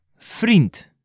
vriend